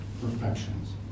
perfections